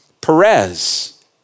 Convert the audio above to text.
Perez